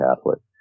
Catholic